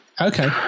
okay